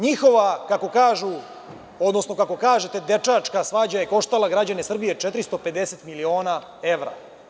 Njihova, kako kažu, odnosno kako kažete, dečačka svađa je koštala građane Srbije 450 miliona evra.